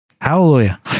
hallelujah